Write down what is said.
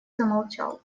замолчал